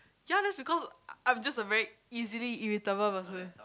ya that's because I'm just a very easily irritable person